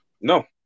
No